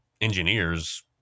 engineers